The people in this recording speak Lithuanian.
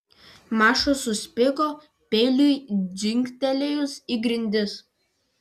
maša suspigo peiliui dzingtelėjus į grindis